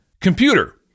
Computer